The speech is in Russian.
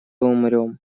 умрём